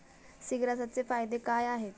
सीग्रासचे फायदे काय आहेत?